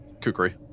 kukri